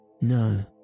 no